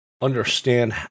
understand